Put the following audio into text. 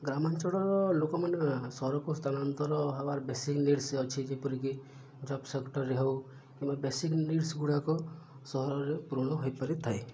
ଗ୍ରାମାଞ୍ଚଳର ଲୋକମାନେ ସହରକୁ ସ୍ଥାନାନ୍ତର ହେବାର ବେଶୀ ନିଡ଼ସ୍ ଅଛି ଯେପରିକି ଜବ୍ ସେକ୍ଟର୍ରେ ହଉ କିମ୍ବା ବେସିକ୍ ନିଡ଼ସ୍ ଗୁଡ଼ାକ ସହରରେ ପୂରଣ ହୋଇପାରିଥାଏ